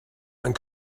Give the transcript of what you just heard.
and